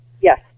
Yes